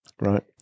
Right